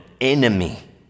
enemy